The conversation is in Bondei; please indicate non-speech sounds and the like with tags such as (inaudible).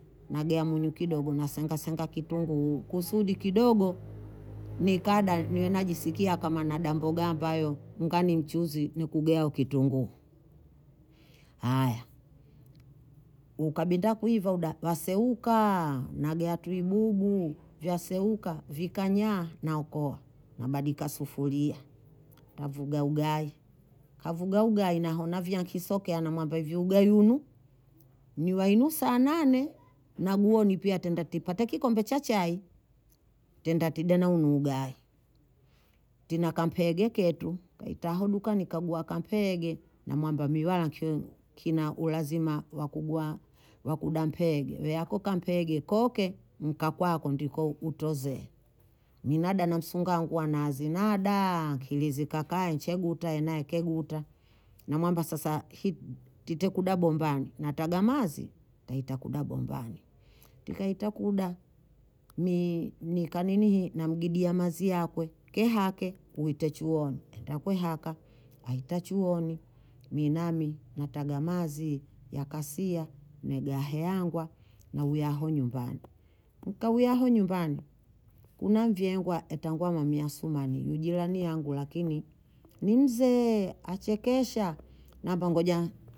Nagea munyu kidogo nasangasanga kitunguu, kusudi kidogo nikada niwe najisikia kama nadambogamba ayo, engawa ni mchuzi nikugeiao kitunguu, haya ukabinda kuiva huda waseuka, nagea tui bubu, vyaseuka, vikanyaa, naokoa, nabadika sufuria, navuuga ugayi, kavuuga ugayi nahona vya nkisokea namwambia ugayi hunu ni waenu saa nane na guoni pia taenda tipata kikombe cha chai, taenda tida na hunu ugayi, tina kampege ketu, kahita aho dukani kagua kampege, namwamba mi wala (hesitation) nkio kina ulazima wa (hesitation) kuguha wa kuda mpege, we hako kampege koke nka kwako ndiko utoze, mi nada na msunga wangu wa nazi (hesitation) nadaaa akili zikakae ncheguta enaye keguta, namwamba sasa (hesitation) hi- titekuda bombani nataga mazi naita kuda bombani, tikaita kuda (hesitation) ni- nii kaninihi namgidia mazi yakwe, kehake uite chuoni, eta kwe haka aita chuoni, mi nami nataga mazi yakasia nagea heyangwa nauya aho nyumbani, nkauya aho nyumbani kuna mvyeengwa etangwa mami athumani ni jirani yangu lakini ni mzee achekesha nambwa ngoja